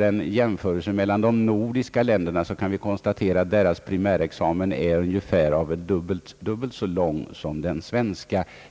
en jämförelse med de övriga nordiska länderna kan vi konstatera att utbildningen för primärexamen där är ungefär dubbelt så lång som i Sverige.